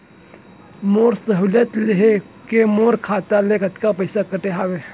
मोर सहुलियत लेहे के मोर खाता ले कतका पइसा कटे हवये?